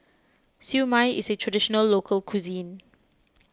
Siew Mai is a Traditional Local Cuisine